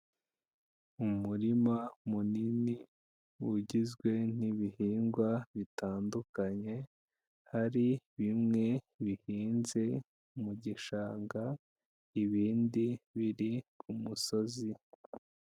Umurima munini, ugizwe n'ibihingwa bitandukanye, hari bimwe bihinnze mu gishanga, ibindi biri ku musozi.